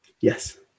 Yes